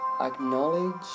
Acknowledge